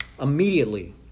immediately